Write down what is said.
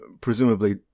presumably